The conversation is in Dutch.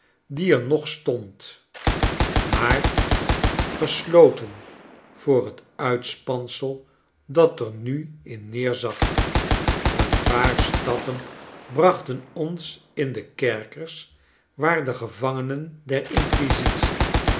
die er nog stond maar gesloten voor het uitspansel dat er nu in neerzag een paar stappen brachten ons in de kerkers waar de gevangenen der